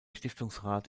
stiftungsrat